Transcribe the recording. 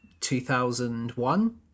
2001